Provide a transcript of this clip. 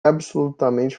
absolutamente